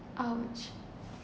!ouch!